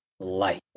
Light